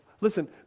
listen